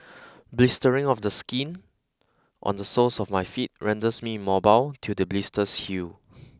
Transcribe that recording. blistering of the skin on the soles of my feet renders me mobile till the blisters heal